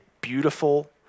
beautiful